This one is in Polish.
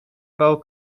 bał